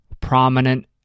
prominent